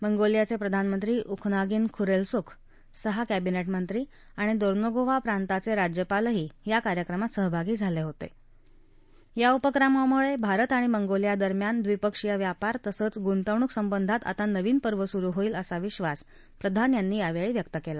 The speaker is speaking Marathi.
मंगोलियाचप्रधानमंत्री उखनागिन खुरर्घ्येमुख सहा कैंबिनधांत्री आणि दोनोंगोव्ही प्रांताचध राज्यपालही या कार्यक्रमात सहभागी झालवित ब्रामुळमिरत आणि मंगोलिया यांच्यात द्विपक्षीय व्यापार तसंच गुंतवणूक संबंधांत आता नवीन पर्व सुरू होईल असा विश्वास प्रधान यांनी यावछी व्यक्त कला